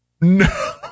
No